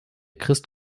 christ